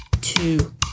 two